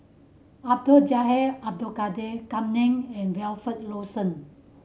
Abdul Jalil Abdul Kadir Kam Ning and Wilfed Lawson